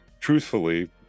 truthfully